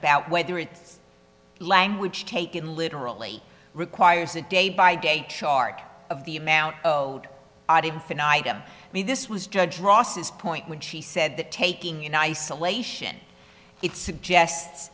about whether it's language taken literally requires it day by day chart of the amount owed fin item me this was judged ross's point when she said that taking in isolation it suggest